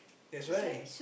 that's why